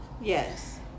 yes